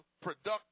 productive